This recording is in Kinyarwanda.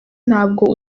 ntabwo